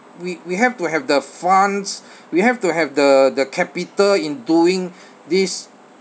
we we have to have the funds we have to have the the capital in doing this